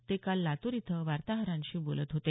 ते काल लातूर इथं वार्ताहरांशी बोलत होते